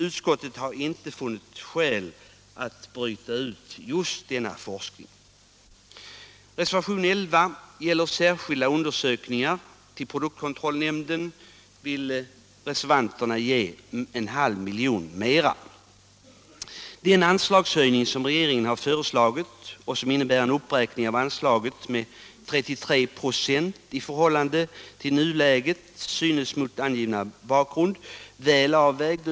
Utskottet har inte funnit skäl att bryta ut anslaget till just denna forskning. Reservationen 11 gäller särskilda undersökningar. Till produktkontrollnämnden vill reservanterna ge en halv miljon mera. Den anslagshöjning som regeringen har föreslagit och som innebär en uppräkning av anslaget med 33 94 i förhållande till nuläget synes mot angiven bakgrund väl avvägd.